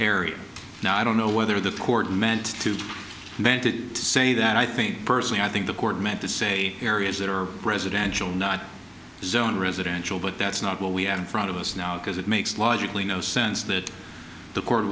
area now i don't know whether the court meant to meant to say that i think personally i think the court meant to say areas that are residential zone residential but that's not what we have in front of us now because it makes logically no sense that the